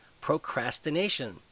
procrastination